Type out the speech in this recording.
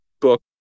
book